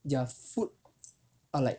their food are like